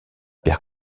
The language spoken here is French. père